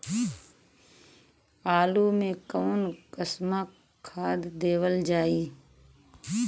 आलू मे कऊन कसमक खाद देवल जाई?